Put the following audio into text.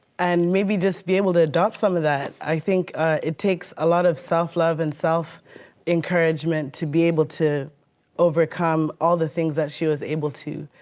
and maybe just be able to adopt some of that. i think it takes a lot of self love and self encouragement to be able to overcome all the things that she was able to.